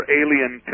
alien